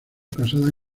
casada